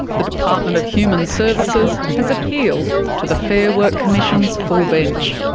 the department of human services has appealed to the fair work commission's full bench.